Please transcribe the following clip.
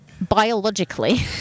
biologically